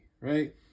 right